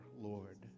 Lord